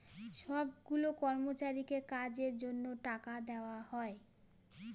সব গুলা কর্মচারীকে কাজের জন্য টাকা দেওয়া হয়